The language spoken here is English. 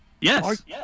Yes